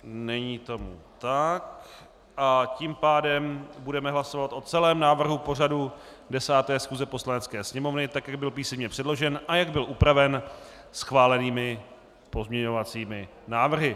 Není tomu tak a tím pádem budeme hlasovat o celém návrhu pořadu 10. schůze Poslanecké sněmovny tak, jak byl písemně předložen a jak byl upraven schválenými pozměňovacími návrhy.